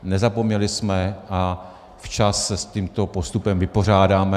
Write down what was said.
Nezapomněli jsme a včas se s tímto postupem vypořádáme.